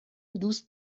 دوست